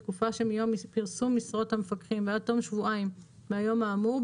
בתקופה שמיום פרסום משרות המפקחים ועד תום שבועיים מהיום האמור,